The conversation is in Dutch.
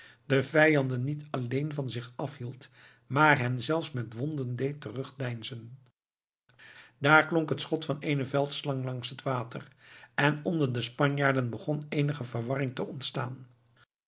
de vijanden niet alleen van zich afhield maar hen zelfs met wonden deed terugdeinzen daar klonk het schot van eene veldslang langs het water en onder de spanjaarden begon eenige verwarring te ontstaan